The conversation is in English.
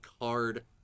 card